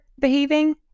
behaving